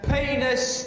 Penis